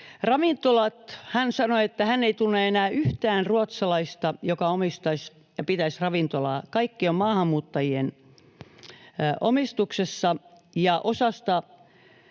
elääkseen. Hän sanoi, että hän ei tunne enää yhtään ruotsalaista, joka omistaisi ja pitäisi ravintolaa. Kaikki on maahanmuuttajien omistuksessa, ja osassa